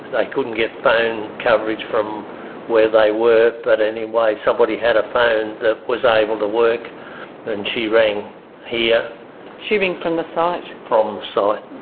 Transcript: they couldn't get phone coverage from where they were, but anyway somebody had a phone that was able to work and she rang here. did she ring from the site? from the site.